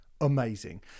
amazing